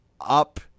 up